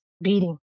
beating